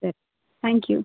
ಸರಿ thank you